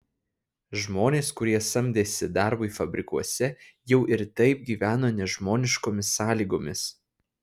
žmonės kurie samdėsi darbui fabrikuose jau ir taip gyveno nežmoniškomis sąlygomis